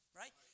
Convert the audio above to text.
right